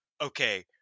okay